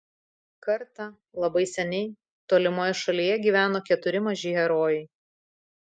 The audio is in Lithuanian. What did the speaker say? kartą labai seniai tolimoje šalyje gyveno keturi maži herojai